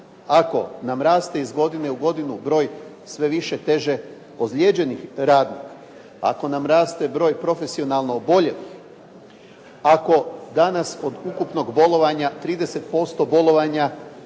Ako nam raste iz godine u godinu broj sve više teže ozlijeđenih radnika, ako nam raste broj profesionalno oboljelih, ako danas od ukupnog bolovanja, 30% bolovanja